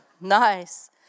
Nice